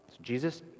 Jesus